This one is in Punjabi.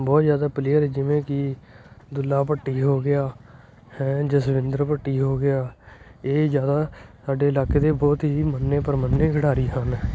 ਬਹੁਤ ਜ਼ਿਆਦਾ ਪਲੇਅਰ ਜਿਵੇਂ ਕਿ ਦੁੱਲਾ ਭੱਟੀ ਹੋ ਗਿਆ ਹੈਂ ਜਸਵਿੰਦਰ ਭੱਟੀ ਹੋ ਗਿਆ ਇਹ ਜ਼ਿਆਦਾ ਸਾਡੇ ਇਲਾਕੇ ਦੇ ਬਹੁਤ ਹੀ ਮੰਨੇ ਪ੍ਰਮੰਨੇ ਖਿਡਾਰੀ ਹਨ